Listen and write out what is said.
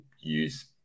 use